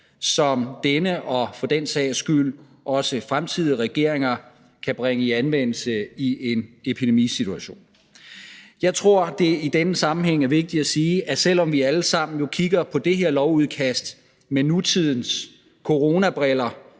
som denne og for den sags skyld også fremtidige regeringer kan bringe i anvendelse i en epidemisituation. Jeg tror, det i denne sammenhæng er vigtigt at sige, at selv om vi alle sammen jo kigger på det her lovudkast med nutidens coronabriller,